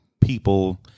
people